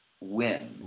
win